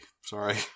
sorry